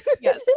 Yes